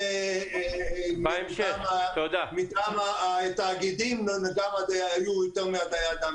כמו שמטעם התאגידים היה יותר מאדם אחד.